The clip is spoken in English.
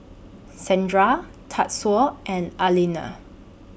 Sandra Tatsuo and Alena